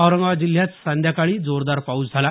औरंगाबाद जिल्ह्यात संध्याकाळी जोरदार पाऊस झाला